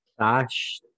Dash